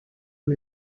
amb